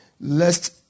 lest